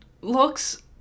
looks